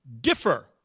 differ